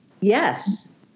yes